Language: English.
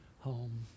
home